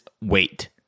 WAIT